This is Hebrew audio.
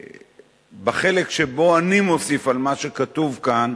בחלק שבו אני מוסיף על מה שכתוב כאן,